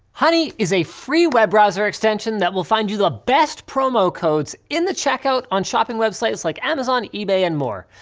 honey is a free web browser extension that will find you the best promo codes in the checkout on shopping websites like amazon, ebay, and more.